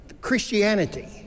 Christianity